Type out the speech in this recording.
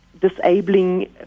disabling